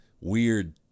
weird